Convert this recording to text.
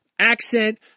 Accent